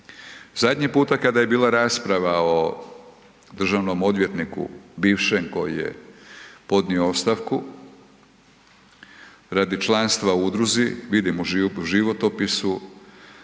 Zadnji puta kada je bila rasprava o državnom odvjetniku bivšem koji je podnio ostavku radi članstva u udruzi, vidim u životopisu